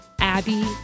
Abby